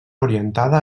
orientada